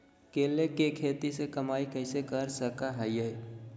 केले के खेती से कमाई कैसे कर सकय हयय?